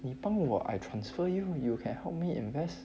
你帮我 I transfer you you can help me invest